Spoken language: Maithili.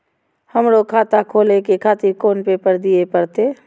हमरो खाता खोले के खातिर कोन पेपर दीये परतें?